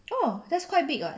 oh that's quite big [what]